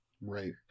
right